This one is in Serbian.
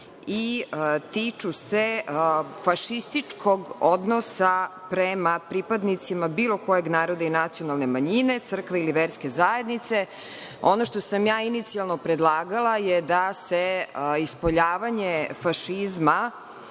i tiču se fašističkog odnosa prema pripadnicima bilo kojeg naroda i nacionalne manjine, crkve ili verske zajednice. Ono što sam ja inicijalno predlagala je da se ispoljavanje fašizma